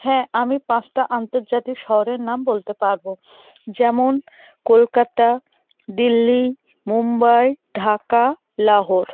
হ্যাঁ আমি পাঁচটা আন্তর্জাতিক শহরের নাম বলতে পারবো যেমন কলকাতা দিল্লি মুম্বাই ঢাকা লাহোর